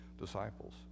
disciples